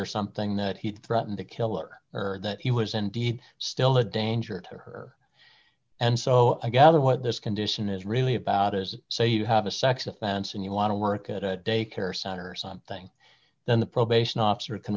or something that he threatened to kill or her that he was indeed still a danger to her and so i gather what this condition is really about is so you have a sex offense and you want to work at a daycare center or something then the probation officer can